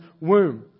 womb